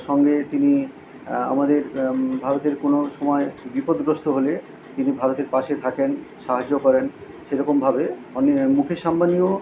সঙ্গে তিনি আমাদের ভারতের কোনও সময়ে বিপদগ্রস্ত হলে তিনি ভারতের পাশে থাকেন সাহায্য করেন সেরকমভাবে অনিল মুকেশ অম্বানিও